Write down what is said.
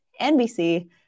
NBC